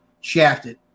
shafted